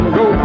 go